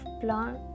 plant